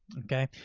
okay.